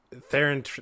Theron